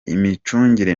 imicungire